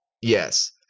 Yes